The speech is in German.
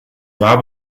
war